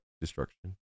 destruction